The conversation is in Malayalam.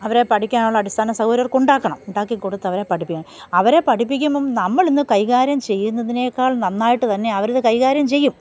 അവരെ പഠിക്കാനുള്ള അടിസ്ഥാന സൗകര്യം അവർക്കുണ്ടാക്കണം ഉണ്ടാക്കിക്കൊടുത്തവരെ പഠിപ്പിക്കണം അവരെ പഠിപ്പിക്കുമ്പോള് നമ്മളിന്ന് കൈകാര്യം ചെയ്യുന്നതിനേക്കാൾ നന്നായിട്ട് തന്നെ അവരത് കൈകാര്യം ചെയ്യും